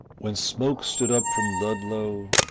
when smoke stood up from ludlow,